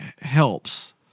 helps